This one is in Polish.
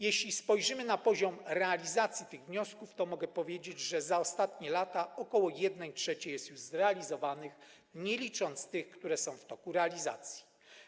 Jeśli spojrzymy na poziom realizacji tych wniosków, to mogę powiedzieć, że za ostatnie lata ok. 1/3 jest już zrealizowanych, nie licząc tych, które są w toku realizacji.